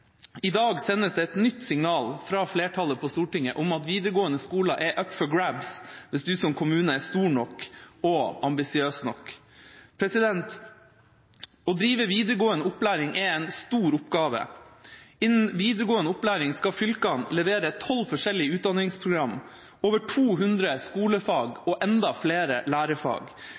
I dag sendes det et nytt signal fra flertallet på Stortinget om at videregående skoler er «up for grabs» hvis man som kommune er stor nok og ambisiøs nok. Å drive videregående opplæring er en stor oppgave. Innen videregående opplæring skal fylkene levere 12 forskjellige utdanningsprogram, over 200